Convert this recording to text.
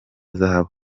zahabu